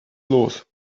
los